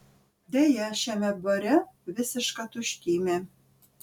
deja šiame bare visiška tuštymė